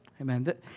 Amen